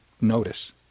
notice